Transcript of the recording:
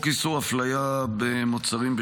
(סיוע משפטי לאדם בהליך אזרחי לפי חוק איסור הפליה במוצרים,